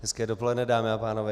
Hezké dopoledne, dámy a pánové.